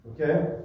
Okay